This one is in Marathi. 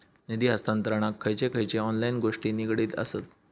निधी हस्तांतरणाक खयचे खयचे ऑनलाइन गोष्टी निगडीत आसत?